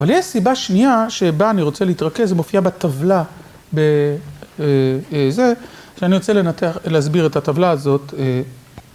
אבל יש לי סיבה שנייה שבה אני רוצה להתרכז, זה מופיע בטבלה בזה, שאני רוצה להסביר את הטבלה הזאת.